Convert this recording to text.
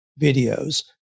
videos